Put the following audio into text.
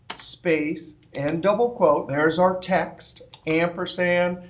space and double quote there is our text ampersand,